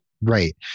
Right